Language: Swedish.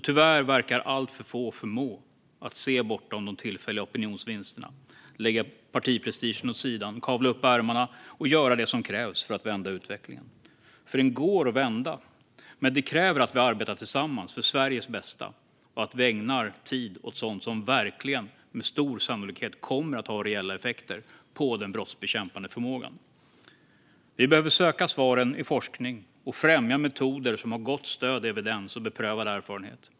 Tyvärr verkar alltför få förmå att se bortom de tillfälliga opinionsvinsterna, lägga partiprestigen åt sidan, kavla upp ärmarna och göra det som krävs för att vända utvecklingen. För den går att vända. Men det kräver att vi arbetar tillsammans för Sveriges bästa och att vi ägnar tiden åt sådant som verkligen med stor sannolikhet kommer att ha reella effekter på den brottsbekämpande förmågan. Vi behöver söka svaren i forskning och främja metoder som har gott stöd i evidens och beprövad erfarenhet.